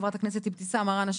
חברת הכנסת אבתיסאם מראענה,